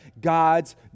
God's